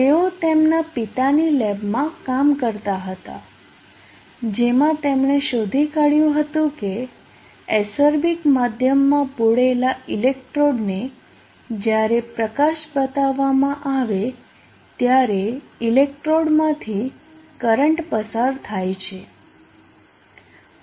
તેઓ તેમના પિતાની લેબમાં કામ કરતા હતા જેમાં તેમણે શોધી કાઢ્યું હતું કે એસરબિક માધ્યમમાં બોળેલા ઇલેક્ટ્રોડને જ્યારે પ્રકાશ બતાવવામાં આવે ત્યારે ઇલેક્ટ્રોડમાંથી કરંટ પસાર થાય છે